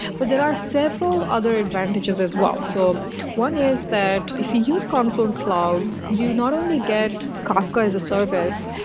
but there are several other advantages as well. so one is that if you use confluent cloud, you not only get kafka as a service,